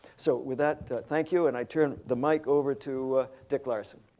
so with that, thank you, and i turn the mic over to dick larson.